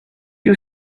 you